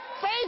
Faith